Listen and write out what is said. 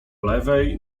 lewej